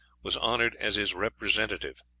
was honored as his representative.